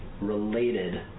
related